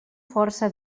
força